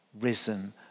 risen